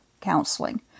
counseling